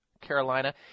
carolina